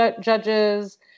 judges